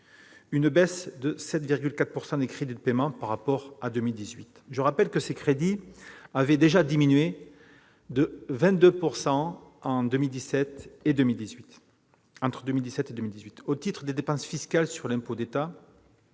une baisse de 7,4 % des crédits de paiement par rapport à l'année 2018. Je rappelle que ces crédits avaient déjà diminué de 22 % entre 2017 et 2018. Au titre des dépenses fiscales sur impôts d'État,